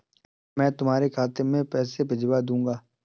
मैं तुम्हारे खाते में पैसे भिजवा दूँगी